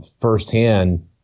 firsthand